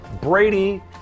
Brady